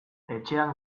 etxean